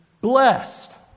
blessed